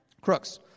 crooks